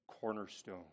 cornerstone